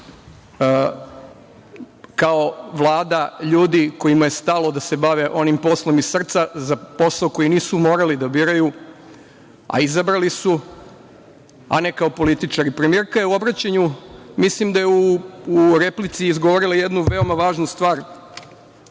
kao Vlada ljudi kojima je stalo da se bave ovim poslom iz srca za posao koji nisu morali da biraju, a izabrali su, a ne kao političari. Premijerka je u obraćanju, mislim da je u replici, izgovorila jednu veoma važnu stvar